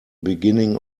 beginning